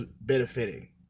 benefiting